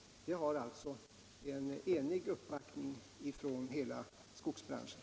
Det har alltså en enig uppbackning från hela skogsbranschen.